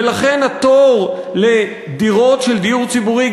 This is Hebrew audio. ולכן התור לדירות של דיור ציבורי,